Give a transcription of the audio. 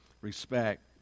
respect